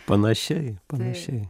panašiai panašiai